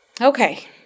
Okay